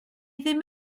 ddim